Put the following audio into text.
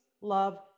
love